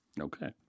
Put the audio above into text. Okay